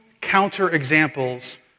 counter-examples